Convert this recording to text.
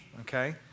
okay